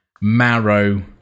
marrow